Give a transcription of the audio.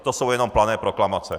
To jsou jenom plané proklamace.